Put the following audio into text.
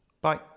Bye